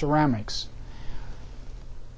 ceramics